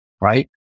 right